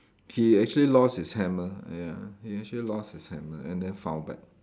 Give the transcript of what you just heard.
he actually lost his hammer ya he actually lost his hammer and then found back